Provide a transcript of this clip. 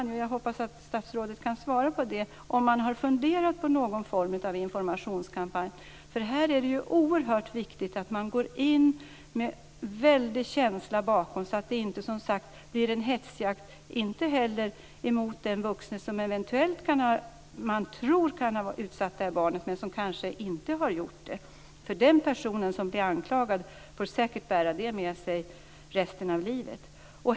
Jag hoppas att statsrådet kan svara på frågan om man har funderat på någon form av informationskampanj, för här är det oerhört viktigt att man går in med väldig försiktighet så att det inte blir en hetsjakt på den vuxne som man tror kan ha utsatt ett barn men som kanske är oskyldig. Den person som blir anklagad får säkert bära det med sig resten av livet.